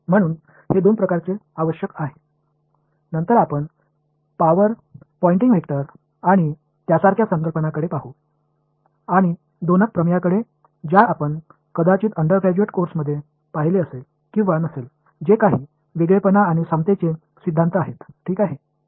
म्हणून हे दोन प्रकारचे आवश्यक आहे नंतर आपण पॉवर पॉईंटिंग वेक्टर आणि त्यासारख्या संकल्पनांकडे पाहू आणि दोनक प्रमेयाकडे ज्या आपण कदाचित अंडरग्रेजुएट कोर्समध्ये पाहिले असेल किंवा नसेल जे काही वेगळेपणा आणि समतेचे सिद्धांत आहेत ठीक आहे